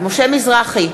משה מזרחי,